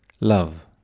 Love